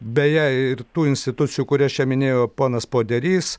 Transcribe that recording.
beje ir tų institucijų kurias čia minėjo ponas poderys